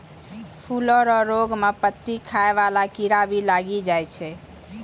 फूलो रो रोग मे पत्ती खाय वाला कीड़ा भी लागी जाय छै